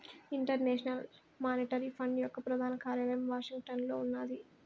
international monetary fund యొక్క ప్రధాన కార్యాలయం వాషింగ్టన్లో ఉన్నాది